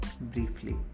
briefly